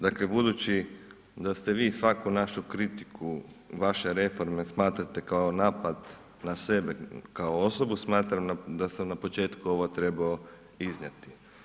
Dakle, budući da ste vi svaku našu kritiku vaše reforme smatrate kao napad na sebe kao osobu, smatram da sam na početku ovo trebao iznijeti.